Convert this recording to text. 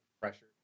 pressure